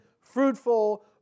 fruitful